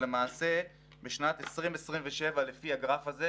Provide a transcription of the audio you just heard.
כשלמעשה בשנת 2027 לפי הגרף הזה,